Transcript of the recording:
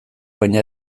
baina